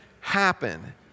happen